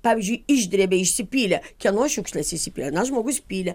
pavyzdžiui išdrėbė išsipylė kieno šiukšlės išsipylė na žmogus pylė